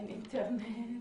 אין אינטרנט?